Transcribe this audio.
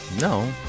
No